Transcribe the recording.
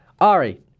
Ari